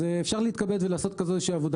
אז אפשר להתכבד ולעשות איזו שהיא עבודה